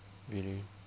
really